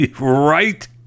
Right